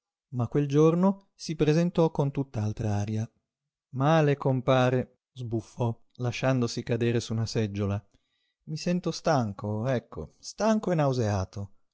ma quel giorno si presentò con un'altr'aria male compare sbuffò lasciandosi cadere su una seggiola i sento stanco ecco stanco e nauseato